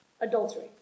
Adultery